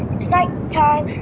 it's night time.